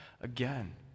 again